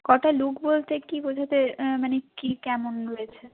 কটা লুক বলতে কী বোঝাতে মানে কী কেমন রয়েছে